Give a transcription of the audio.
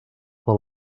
per